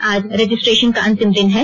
आज रजिस्टेशन का अंतिम दिन है